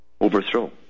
Overthrow